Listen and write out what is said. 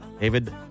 david